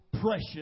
precious